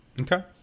Okay